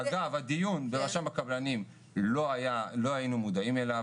אגב, הדיון ברשם הקבלנים לא היינו מודעים אליו.